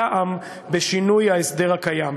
טעם בשינוי ההסדר הקיים.